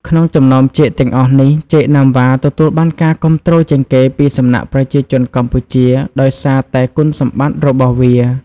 ក្នុងចំណោមចេកទាំងអស់នេះ ចេកណាំវ៉ា ទទួលបានការគាំទ្រជាងគេពីសំណាក់ប្រជាជនកម្ពុជា ដោយសារតែគុណសម្បត្តិរបស់វា។